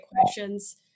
questions